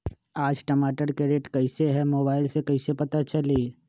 आज टमाटर के रेट कईसे हैं मोबाईल से कईसे पता चली?